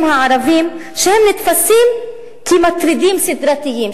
הערבים שהם נתפסים כמטרידים סדרתיים,